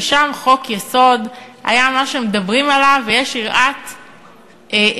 ושם חוק-יסוד היה משהו שמדברים עליו ויש יראת כבוד,